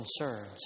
concerns